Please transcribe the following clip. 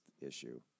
issue